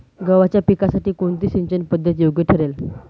गव्हाच्या पिकासाठी कोणती सिंचन पद्धत योग्य ठरेल?